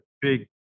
big